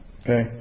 okay